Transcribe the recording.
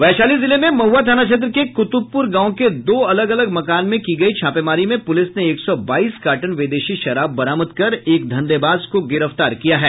वैशाली जिले में महुआ थाना क्षेत्र के कुतुबपुर गांव के दो अलग अलग मकान में की गई छापेमारी में पुलिस ने एक सौ बाईस कार्टन विदेशी शराब बरामद कर एक धंधेबाज को गिरफ्तार किया है